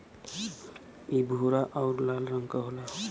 इ भूरा आउर लाल रंग क होला